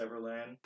Everland